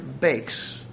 bakes